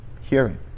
hearing